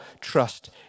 trust